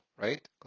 right